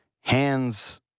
hands